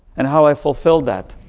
and how i fulfilled that.